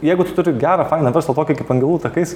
jeigu tu turi gerą fainą verslą tokį kaip angelų takais